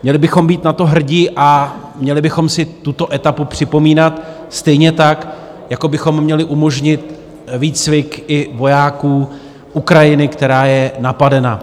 Měli bychom být na to hrdi a měli bychom si tuto etapu připomínat, stejně tak jako bychom měli umožnit výcvik i vojáků Ukrajiny, která je napadena.